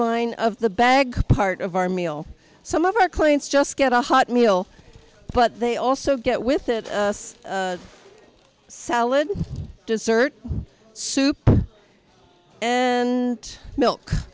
line of the bag part of our meal some of our clients just get a hot meal but they also get with it salad dessert soup and milk